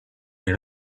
les